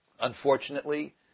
Unfortunately